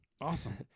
Awesome